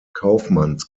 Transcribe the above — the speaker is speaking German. kaufmanns